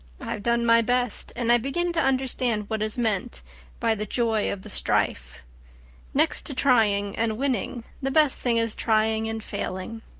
i've done my best and i begin to understand what is meant by the joy of the strife next to trying and winning, the best thing is trying and failing.